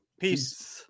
Peace